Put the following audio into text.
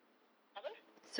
apa